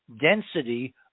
density